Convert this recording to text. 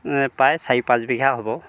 প্ৰায় চাৰি পাঁচ বিঘা হ'ব